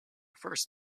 first